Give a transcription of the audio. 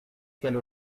qu’elle